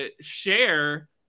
share